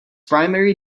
primary